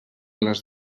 les